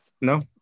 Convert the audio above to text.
No